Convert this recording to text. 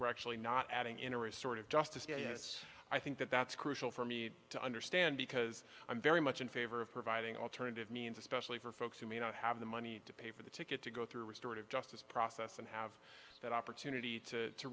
we're actually not adding in or is sort of justice yeah that's i think that that's crucial for me to understand because i'm very much in favor of providing alternative means especially for folks who may not have the money to pay for the ticket to go through restored of justice process and have that opportunity to